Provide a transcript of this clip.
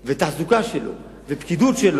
תחזוקה, פקידות,